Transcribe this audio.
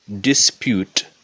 dispute